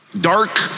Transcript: dark